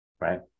Right